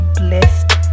blessed